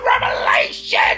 revelation